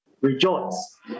rejoice